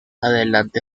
adelante